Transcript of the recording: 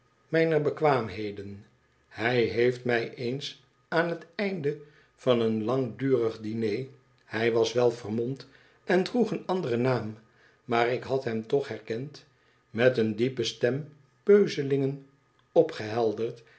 mijner bekwaamheden hij heeft mij eens aan het eind van een langdurig diner hij was wel vermomd en droeg een anderen naam maar ik had hem toch herkend met een diepe stem